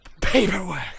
paperwork